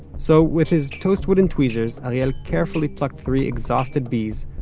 so with his toast wooden tweezers, ariel carefully plucked three exhausted bees,